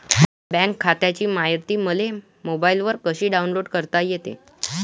माह्या बँक खात्याची मायती मले मोबाईलवर कसी डाऊनलोड करता येते?